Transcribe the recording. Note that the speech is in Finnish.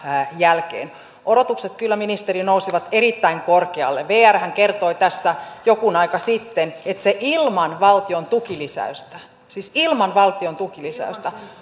jälkeen odotukset kyllä ministeri nousivat erittäin korkealle vrhän kertoi tässä jokin aika sitten että se ilman valtion tukilisäystä siis ilman valtion tukilisäystä